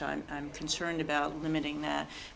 so i'm concerned about limiting